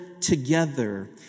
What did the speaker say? together